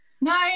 No